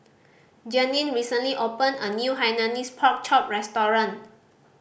Jeanine recently opened a new Hainanese Pork Chop restaurant